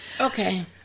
Okay